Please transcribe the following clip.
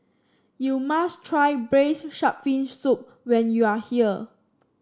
you must try Braised Shark Fin Soup when you are here